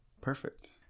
Perfect